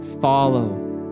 Follow